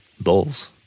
bulls